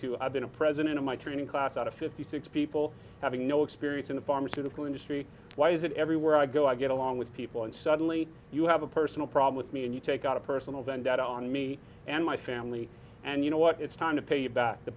to i've been a president in my training class out of fifty six people having no experience in the pharmaceutical industry why is it everywhere i go i get along with people and suddenly you have a personal problem with me and you take out a personal vendetta on me and my family and you know what it's time to pay back the